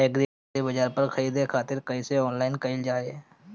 एग्रीबाजार पर खरीदे खातिर कइसे ऑनलाइन कइल जाए?